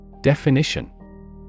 Definition